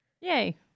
yay